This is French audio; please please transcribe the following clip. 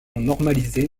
normalisé